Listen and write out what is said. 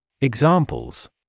Examples